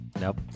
nope